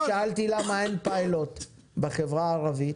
אני שאלתי למה אין פיילוט בחברה הערבית